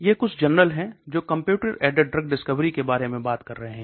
ये कुछ जर्नल हैं जो कंप्यूटर एडेड ड्रग डिस्कवरी के बारे में बात कर रहे हैं